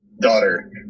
daughter